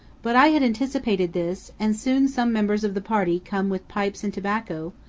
but i had anticipated this, and soon some members of the party come with pipes and tobacco,